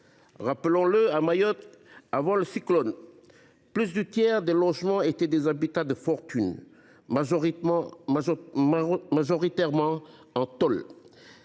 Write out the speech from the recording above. Rappelons le, à Mayotte, avant le cyclone, plus du tiers des logements étaient des habitats de fortune, majoritairement en tôle.